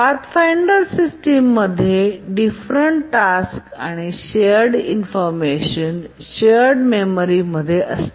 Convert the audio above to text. pathfinder system मध्ये different tasks आणि shared information shared memory मध्ये असते